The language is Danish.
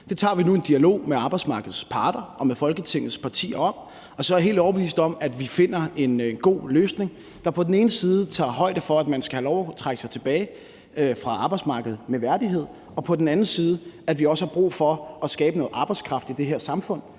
Det tager vi nu en dialog med arbejdsmarkedets parter og med Folketingets partier om, og så er jeg helt overbevist om, at vi finder en god løsning, der på den ene side tager højde for, at man skal have lov til at trække sig tilbage fra arbejdsmarkedet med værdighed, og på den anden side tager højde for, at vi også har brug for at skabe noget arbejdskraft i det her samfund,